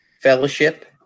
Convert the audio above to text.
fellowship